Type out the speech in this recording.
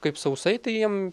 kaip sausai tai jiem